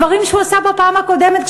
דברים שהוא עשה בפעם הקודמת,